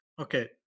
Okay